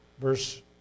verse